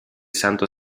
santo